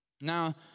Now